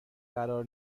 قرار